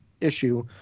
issue